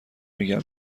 میگم